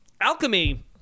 Alchemy